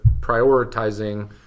prioritizing